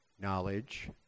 knowledge